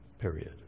Period